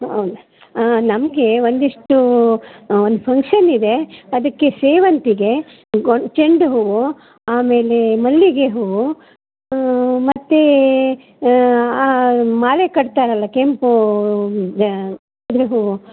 ಹಾಂ ನಮಗೆ ಒಂದಿಷ್ಟೂ ಒಂದು ಫಂಕ್ಷನಿದೆ ಅದಕ್ಕೆ ಸೇವಂತಿಗೆ ಗೊಂಡ್ ಚೆಂಡು ಹೂವು ಆಮೇಲೆ ಮಲ್ಲಿಗೆ ಹೂವು ಮತ್ತೆ ಮಾಲೆ ಕಟ್ತಾರಲ್ಲ ಕೆಂಪು ದ್ಯಾ ಇದ್ರ ಹೂವು